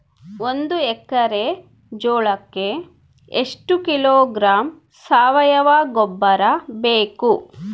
ಒಂದು ಎಕ್ಕರೆ ಜೋಳಕ್ಕೆ ಎಷ್ಟು ಕಿಲೋಗ್ರಾಂ ಸಾವಯುವ ಗೊಬ್ಬರ ಬೇಕು?